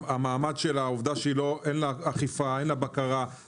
המעמד שלה, העובדה שאין לה אכיפה, אין לה בקרה.